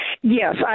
Yes